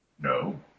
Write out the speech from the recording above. No